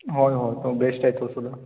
होय होय तो बेस्ट आहे तो सुद्धा